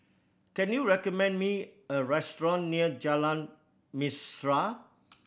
can you recommend me a restaurant near Jalan Mesra